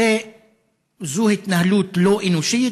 זו התנהלות לא אנושית,